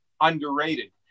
underrated